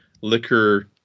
liquor